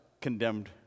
condemned